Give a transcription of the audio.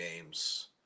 games